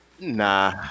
Nah